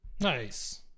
Nice